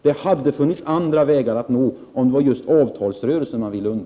Det hade funnits andra vägar att gå om det var just att underlätta avtalsrörelsen man ville.